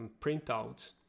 printouts